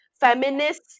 feminist